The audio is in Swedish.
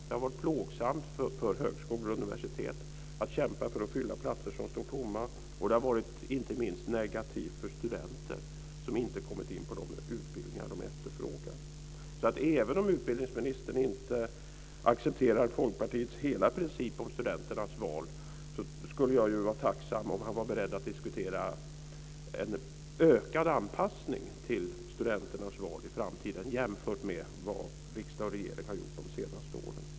Det har varit plågsamt för högskolor och universitet att kämpa för att fylla platser som står tomma, och det har varit inte minst negativt för studenter som inte kommit in på de utbildningar som de efterfrågar. Även om utbildningsministern inte accepterar Folkpartiets hela princip om studenternas val skulle jag vara tacksam om han var beredd att diskutera en ökad anpassning till studenternas val i framtiden, jämfört med vad riksdag och regering har gjort de senaste åren.